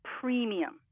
premium